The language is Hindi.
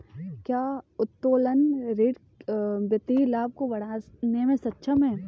क्या उत्तोलन ऋण वित्तीय लाभ को बढ़ाने में सक्षम है?